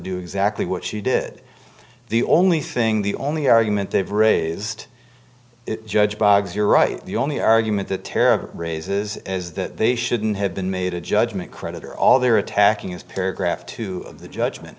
do exactly what she did the only thing the only argument they've raised judge biogs you're right the only argument that tara raises is that they shouldn't have been made a judgment creditor all they're attacking is paragraph two of the judgment